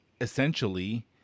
essentially